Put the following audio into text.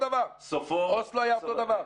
סופו --- אוסלו היה אותו דבר.